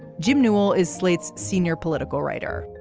jim newell is slate's senior political writer.